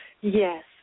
Yes